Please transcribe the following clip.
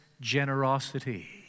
generosity